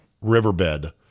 riverbed